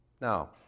Now